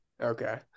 Okay